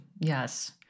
Yes